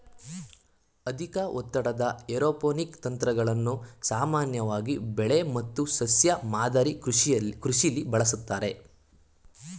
ಅಧಿಕ ಒತ್ತಡದ ಏರೋಪೋನಿಕ್ ತಂತ್ರಗಳನ್ನು ಸಾಮಾನ್ಯವಾಗಿ ಬೆಳೆ ಮತ್ತು ಸಸ್ಯ ಮಾದರಿ ಕೃಷಿಲಿ ಬಳಸ್ತಾರೆ